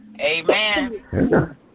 Amen